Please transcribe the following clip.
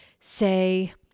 say